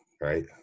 right